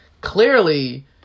Clearly